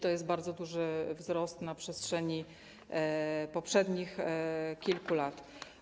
To jest bardzo duży wzrost na przestrzeni poprzednich kilku lat.